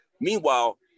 Meanwhile